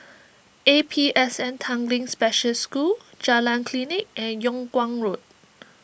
A P S N Tanglin Special School Jalan Klinik and Yung Kuang Road